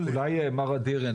אולי מר אדירי,